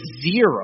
zero